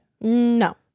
No